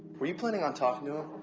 were you planning on talking to him?